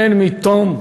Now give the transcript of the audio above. אין מיתון,